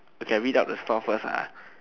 okay I read out the store first ah